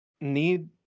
need